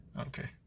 Okay